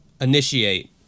Initiate